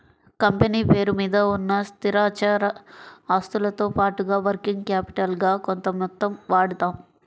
company పేరు మీద ఉన్న స్థిరచర ఆస్తులతో పాటుగా వర్కింగ్ క్యాపిటల్ గా కొంత మొత్తం వాడతాం